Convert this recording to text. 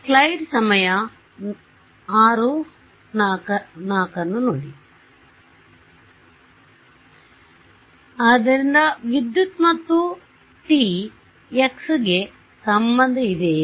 ˜ ಆದ್ದರಿಂದ ವಿದ್ಯುತ್ ಮತ್ತು t x ಗೆ ಸಂಭಂದ ಇದೆಯೇ